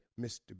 Mr